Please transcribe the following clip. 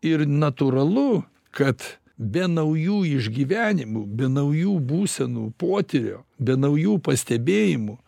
ir natūralu kad be naujų išgyvenimų be naujų būsenų potyrio be naujų pastebėjimų